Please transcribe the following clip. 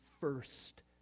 first